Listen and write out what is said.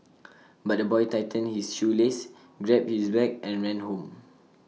but the boy tightened his shoelaces grabbed his bag and ran home